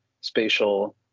spatial